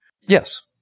Yes